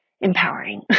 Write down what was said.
empowering